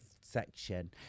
section